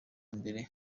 mbere